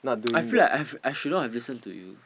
I feel like I've should not have listened to you